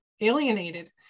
alienated